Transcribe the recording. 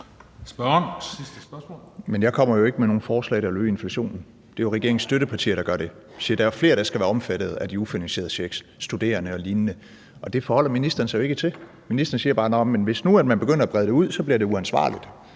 jeg kommer jo ikke med nogen forslag, der vil øge inflationen. Det er jo regeringens støttepartier, der gør det og siger, at der er flere, der skal være omfattet af de ufinansierede checks, altså studerende og lignende. Og det forholder ministeren sig jo ikke til. Ministeren siger bare, at hvis man begynder at brede det ud, bliver det uansvarligt.